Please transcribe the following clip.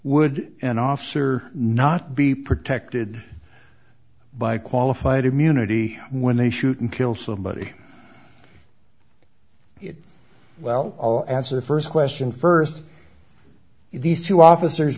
would an officer not be protected by qualified immunity when they shoot and kill somebody it well i'll answer first question first if these two officers